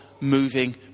moving